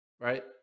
right